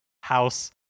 house